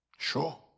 Sure